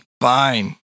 Fine